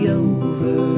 over